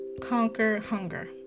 conquerhunger